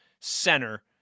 center